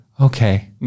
Okay